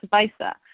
VISA